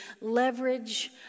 leverage